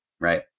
Right